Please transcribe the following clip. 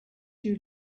you